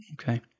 okay